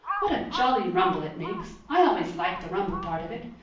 what a jolly rumble it makes! i always like the rumble part of it.